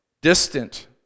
distant